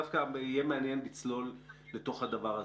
דווקא יהיה מעניין לצלול לתוך הדבר הזה.